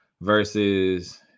versus